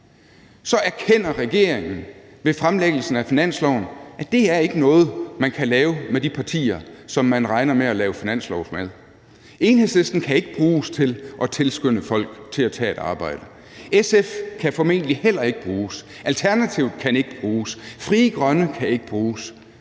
så erkender regeringen ved fremlæggelsen af finansloven, at det ikke er noget, man kan lave med de partier, som man regner med at lave finanslov med. Enhedslisten kan ikke bruges til at tilskynde folk til at tage et arbejde; SF kan formentlig heller ikke bruges; Alternativet kan ikke bruges; Frie Grønne kan ikke bruges;